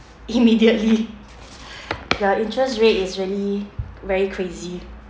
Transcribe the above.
immediately the interest rate is really very crazy